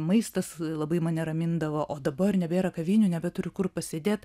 maistas labai mane ramindavo o dabar nebėra kavinių nebeturiu kur pasėdėt